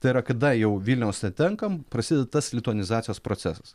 tai yra kada jau vilniaus netenkam prasideda tas lituanizacijos procesas